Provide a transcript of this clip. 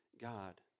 God